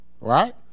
right